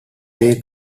they